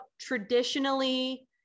traditionally